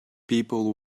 people